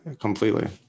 Completely